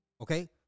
Okay